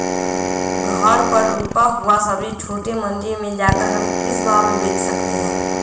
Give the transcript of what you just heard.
घर पर रूपा हुआ सब्जी छोटे मंडी में जाकर हम किस भाव में भेज सकते हैं?